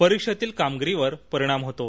परीक्षेतील कामगिरीवर परिणाम होतो